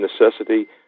necessity